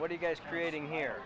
what are you guys creating here